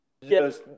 yes